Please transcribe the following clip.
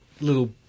little